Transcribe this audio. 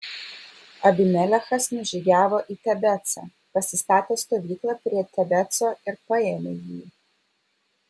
abimelechas nužygiavo į tebecą pasistatė stovyklą prie tebeco ir paėmė jį